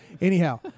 anyhow